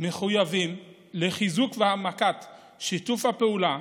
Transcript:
מחויבים לחיזוק ולהעמקת שיתוף הפעולה